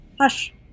Hush